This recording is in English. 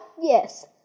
Yes